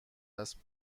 است